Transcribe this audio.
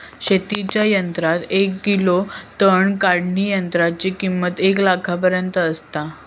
शेतीच्या यंत्रात एक ग्रिलो तण काढणीयंत्राची किंमत एक लाखापर्यंत आसता